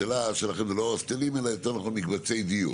השאלה שלכם זה לא הוסטלים אלא יותר נכון מקבצי דיור.